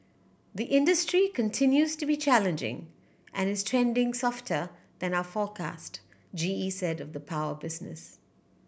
the industry continues to be challenging and is trending softer than our forecast G E said of the power business